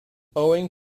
owing